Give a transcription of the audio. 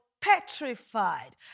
petrified